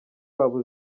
waba